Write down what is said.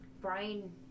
Brain